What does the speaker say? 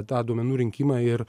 tą duomenų rinkimą ir